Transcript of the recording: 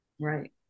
right